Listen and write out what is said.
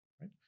right